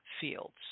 fields